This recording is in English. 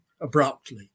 abruptly